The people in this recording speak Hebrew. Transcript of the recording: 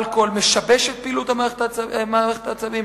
אלכוהול משבש את פעילות מערכת העצבים,